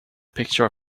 picture